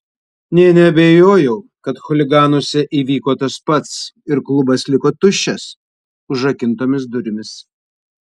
nė neabejojau kad chuliganuose įvyko tas pats ir klubas liko tuščias užrakintomis durimis